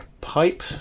pipe